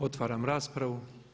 Otvaram raspravu.